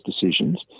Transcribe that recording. decisions